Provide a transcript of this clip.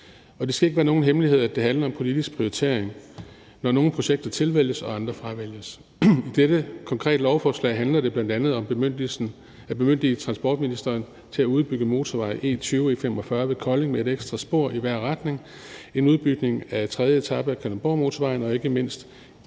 Det skal ikke være nogen hemmelighed, at det handler om politisk prioritering, når nogle projekter tilvælges og andre fravælges. I dette konkrete lovforslag handler det bl.a. om at bemyndige transportministeren til at udbygge motorvej E20/E45 ved Kolding med et ekstra spor i hver retning, at udbygge af tredje etape af Kalundborgmotorvejen og ikke mindst